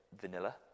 vanilla